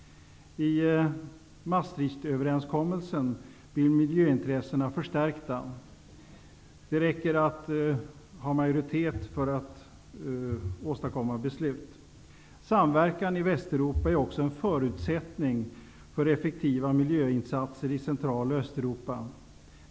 I Maastrichtöverenskommelsen blir miljöintressena förstärkta. Det räcker att ha majoritet för att åstadkomma beslut. Samverkan i Västeuropa är också en förutsättning för effektiva miljöinsatser i Central och Östeuropa.